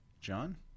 John